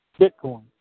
Bitcoin